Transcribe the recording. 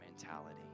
mentality